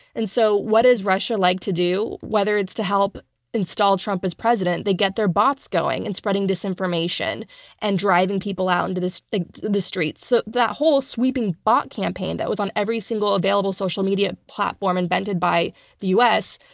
and so what does russia like to do? whether it's to help install trump as president, they get their bots going in and spreading disinformation and driving people out into the streets. so that whole sweeping bot campaign that was on every single available social media platform invented by the u. s,